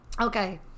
okay